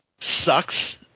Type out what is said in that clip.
sucks